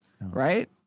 right